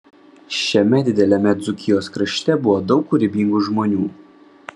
šiame dideliame dzūkijos krašte buvo daug kūrybingų žmonių